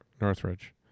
northridge